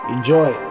Enjoy